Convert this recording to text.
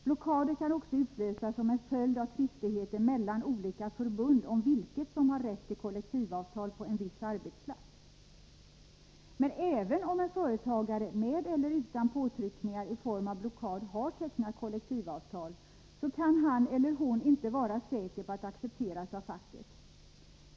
Blockader kan också utlösas som en följd av tvistigheter mellan olika förbund om vilket som har rätt till kollektivavtal på en viss arbetsplats, men även om en företagare med eller utan påtryckningar i form av blockad har tecknat kollektivavtal, kan han eller hon inte vara säker på att accepteras av facket.